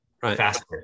faster